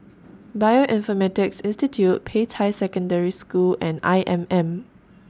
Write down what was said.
Bioinformatics Institute Peicai Secondary School and I M M